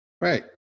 Right